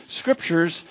scriptures